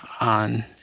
on